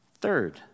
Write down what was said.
Third